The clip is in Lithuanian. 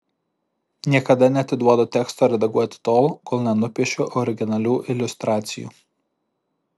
niekada neatiduodu teksto redaguoti tol kol nenupiešiu originalų iliustracijų